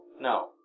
No